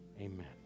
amen